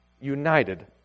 united